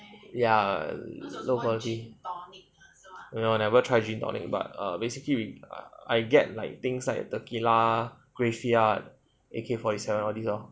ya so got no I never try gin tonic but err basically I get things like tequila graveyard A_K forty seven all these lor